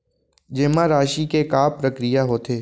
जेमा राशि के का प्रक्रिया होथे?